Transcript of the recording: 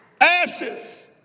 ashes